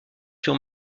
fut